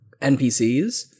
NPCs